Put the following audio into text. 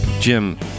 Jim